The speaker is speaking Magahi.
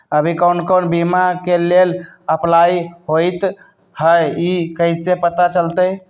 अभी कौन कौन बीमा के लेल अपलाइ होईत हई ई कईसे पता चलतई?